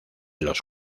los